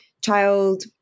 child